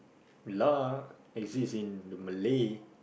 lah exist in the Malay